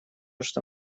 что